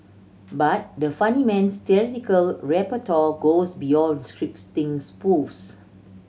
but the funny man's theatrical repertoire goes beyond scripting spoofs